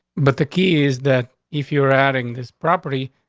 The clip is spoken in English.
but the key is that if you're adding this property,